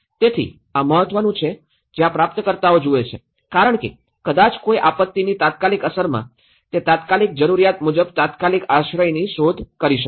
તેથી આ મહત્વનું છે જ્યાં પ્રાપ્તકર્તા જુએ છે કારણ કે કદાચ કોઈ આપત્તિની તાત્કાલિક અસરમાં તે તાત્કાલિક જરૂરિયાત મુજબ તાત્કાલિક આશ્રયની શોધ કરી શકે છે